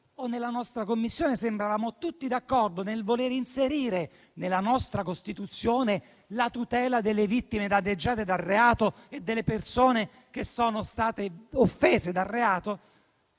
male io o in Commissione sembravamo tutti d'accordo nel voler inserire nella nostra Costituzione la tutela delle vittime danneggiate dal reato e delle persone che sono state offese dal reato?